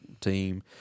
team